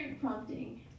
prompting